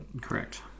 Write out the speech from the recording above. Correct